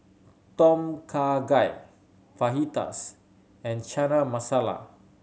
Tom Kha Gai Fajitas and Chana Masala